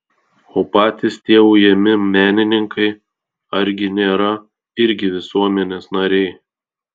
o patys tie ujami menininkai argi nėra irgi visuomenės nariai